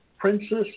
Princess